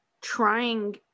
trying